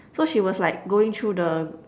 so she was like going through the